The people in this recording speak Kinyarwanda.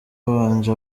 habanje